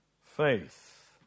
faith